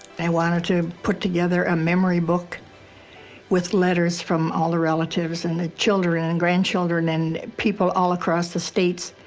they wanted to put together a memory book with letters from all her relatives, and the children, and grandchildren, and people all across the states,